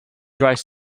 dries